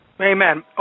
Amen